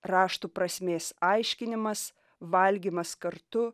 rašto prasmės aiškinimas valgymas kartu